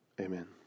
amen